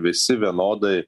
visi vienodai